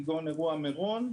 אירוע מירון,